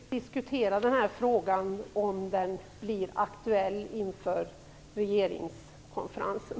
Fru talman! Vi får naturligtvis diskutera denna fråga om den blir aktuell inför regeringskonferensen.